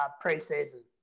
pre-season